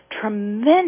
tremendous